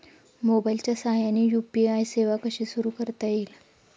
मोबाईलच्या साहाय्याने यू.पी.आय सेवा कशी सुरू करता येईल?